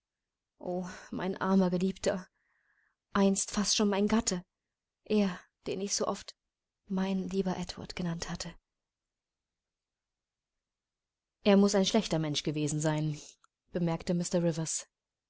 o mein armer geliebter einst fast schon mein gatte er den ich so oft mein lieber edward genannt hatte er muß ein schlechter mensch gewesen sein bemerkte mr